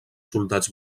soldats